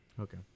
Okay